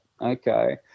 okay